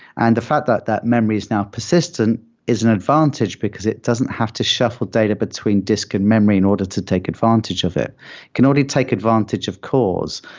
and the fact that that memory is now persistent is an advantage, because it doesn't have to shuffle data between disk and memory in order to take advantage of it. you can already take advantage of cores.